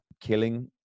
killing